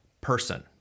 person